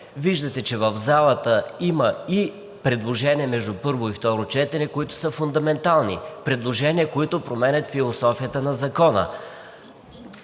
Виждате, че в залата има и предложения между първо и второ четене, които са фундаментални. Предложения, които променят философията на Закона.